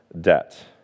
debt